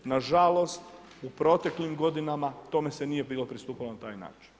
Nažalost, u proteklim godinama tome se nije bilo pristupalo na taj način.